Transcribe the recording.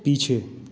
पीछे